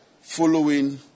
following